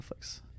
Netflix